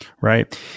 Right